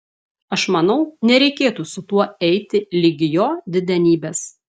aš manau nereikėtų su tuo eiti ligi jo didenybės